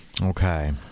Okay